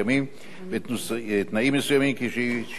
ותנאים מסוימים שייקבעו בהנחיות,